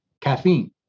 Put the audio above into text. caffeine